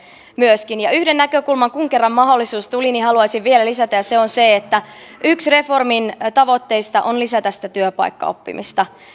myöskin ja yhden näkökulman kun kerran mahdollisuus tuli haluaisin vielä lisätä ja se on se että yksi reformin tavoitteista on lisätä sitä työpaikkaoppimista